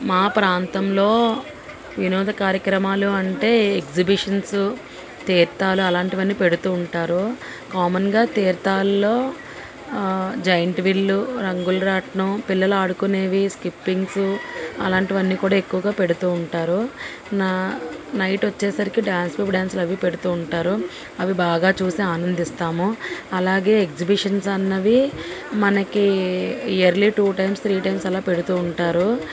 మా ప్రాంతంలో వినోద కార్యక్రమాలు అంటే ఎగ్జిబిషన్స్ తీర్థాలు అలాంటివన్నీ పెడుతూ ఉంటారు కామన్గా తీర్థాల్లో జయింట్ వీల్లు రంగులురాట్నం పిల్లలు ఆడుకునేవి స్కిప్పింగ్సు అలాంటివన్నీ కూడా ఎక్కువగా పెడుతూ ఉంటారు నా నైట్ వచ్చేసరికి డ్యాన్స్ బేబీ డ్యాన్స్లు అవి పెడుతూ ఉంటారు అవి బాగా చూసి ఆనందిస్తాము అలాగే ఎగ్జిబిషన్స్ అన్నవి మనకి yearly two times three times అలా పెడుతూ ఉంటారు